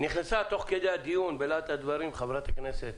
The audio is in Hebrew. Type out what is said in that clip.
נכנסה תוך כדי הדיון, בלהט הדברים, חברת הכנסת